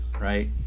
right